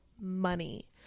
money